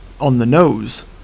on-the-nose